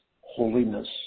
holiness